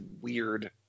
weird